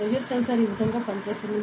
pressure sensor ఈ విధంగా పనిచేస్తుంది